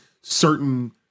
certain